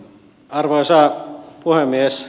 arvoisa puhemies